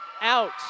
out